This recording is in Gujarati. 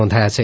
નોંધાયા છે